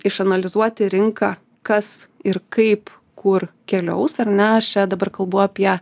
išanalizuoti rinką kas ir kaip kur keliaus ar ne aš čia dabar kalbu apie